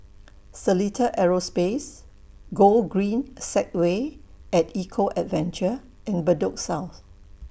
Seletar Aerospace Gogreen Segway At Eco Adventure and Bedok South